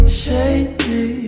shady